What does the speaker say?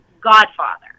godfather